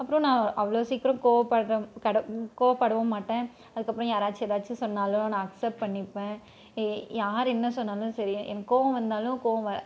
அப்புறம் நான் அவ்வளோ சீக்கிரம் கோவப்பட்ற கோவப்படவும் மாட்டேன் அதுக்கப்புறம் யாராச்சும் ஏதாச்சும் சொன்னாலும் நான் அக்செப்ட் பண்ணிப்பேன் யார் என்ன சொன்னாலும் சரி எனக்கு கோவம் வந்தாலும்